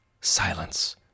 Silence